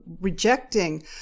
rejecting